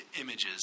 images